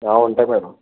ఉంటాయి మేడం